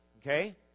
Okay